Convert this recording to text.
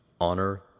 Honor